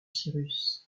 cyrus